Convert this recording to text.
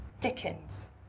Dickens